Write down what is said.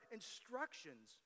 instructions